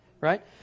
Right